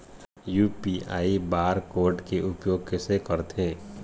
UPI bar code के उपयोग कैसे करथें?